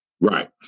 Right